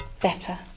better